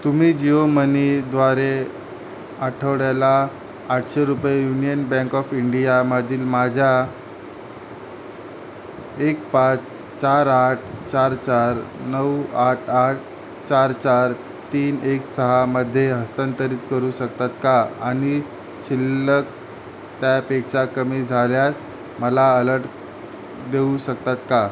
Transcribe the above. तुम्ही जिओ मनीद्वारे आठवड्याला आठशे रुपये युनियन बँक ऑफ इंडियामधील माझ्या एक पाच चार आठ चार चार नऊ आठ आठ चार चार तीन एक सहामध्ये हस्तांतरित करू शकतात का आणि शिल्लक त्यापेक्षा कमी झाल्यास मला अलर्ट देऊ शकतात का